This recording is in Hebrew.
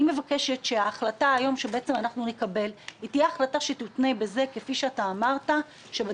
אני מבקשת שההחלטה שנקבל היום תותנה בכך שבדיון